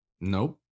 Nope